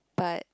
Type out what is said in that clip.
but